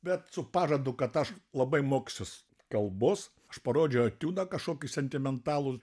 bet su pažadu kad aš labai mokysiuos kalbos aš parodžiau etiudą kažkokį sentimentalų